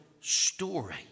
story